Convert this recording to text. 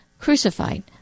crucified